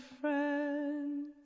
friend